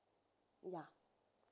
ya